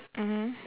mmhmm